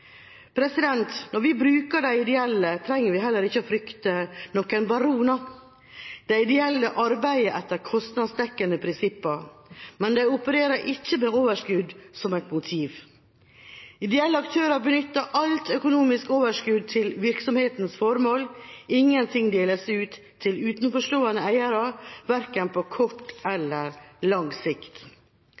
behov. Når vi bruker de ideelle, trenger vi heller ikke å frykte noen «baroner». De ideelle arbeider etter kostnadsdekkende prinsipper, men de opererer ikke med overskudd som et motiv. Ideelle aktører benytter alt økonomisk overskudd til virksomhetens formål, ingenting deles ut til utenforstående eiere verken på kort eller lang sikt.